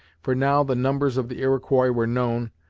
for now the numbers of the iroquois were known,